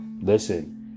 Listen